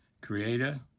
creator